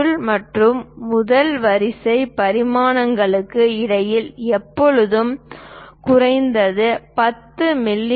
பொருள் மற்றும் முதல் வரிசை பரிமாணங்களுக்கு இடையில் எப்போதும் குறைந்தது 10 மி